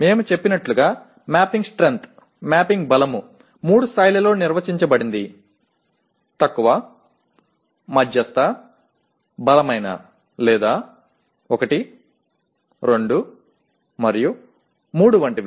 మేము చెప్పినట్లుగా mapping strength mapping బలము 3 స్థాయిలలో నిర్వచించబడింది తక్కువ మధ్యస్థ బలమైన లేదా 1 2 3 వంటివి